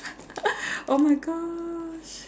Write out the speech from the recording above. oh my gosh